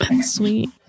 Sweet